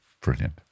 brilliant